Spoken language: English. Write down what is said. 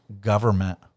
government